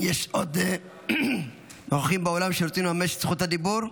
יש עוד נוכחים באולם שרוצים לממש את זכות הדיבור?